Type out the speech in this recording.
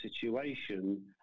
situation